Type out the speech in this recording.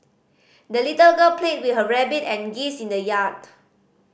the little girl played with her rabbit and geese in the yard